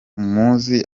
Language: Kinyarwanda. muzi